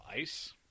ice